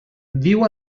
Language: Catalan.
viu